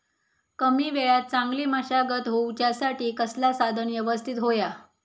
कमी वेळात चांगली मशागत होऊच्यासाठी कसला साधन यवस्तित होया?